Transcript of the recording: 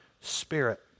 spirit